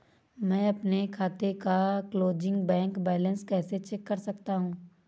मैं अपने खाते का क्लोजिंग बैंक बैलेंस कैसे चेक कर सकता हूँ?